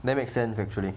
that make sense actually